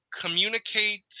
communicate